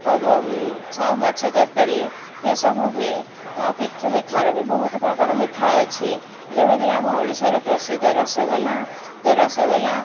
ଆ ସବୁ ମାଛ ତରକାରୀ ଏସବୁ ହୁଏ ତ ମିଠାରେ ବି ବହୁତ ପ୍ରକାର ମିଠା ଅଛି ଯେମିତିକି ଆମ ଓଡ଼ିଶାର ପ୍ରସିଦ୍ଧ ରସଗୋଲା ରସଗୋଲା